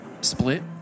split